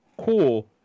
cool